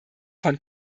von